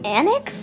Annex